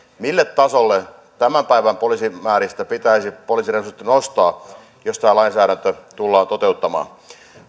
mille tasolle tämän päivän poliisimääristä pitäisi poliisin resurssit nostaa jos tämä lainsäädäntö tullaan toteuttamaan